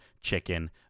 chicken